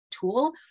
tool